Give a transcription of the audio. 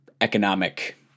economic